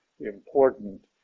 important